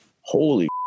Holy